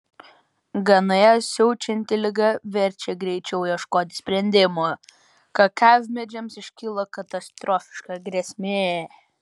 ganoje siaučianti liga verčia greičiau ieškoti sprendimų kakavmedžiams iškilo katastrofiška grėsmė